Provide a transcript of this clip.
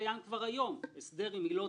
הפעילות